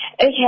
Okay